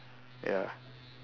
ya